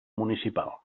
municipal